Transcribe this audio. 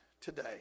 today